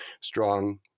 strong